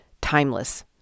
timeless